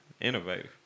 Innovative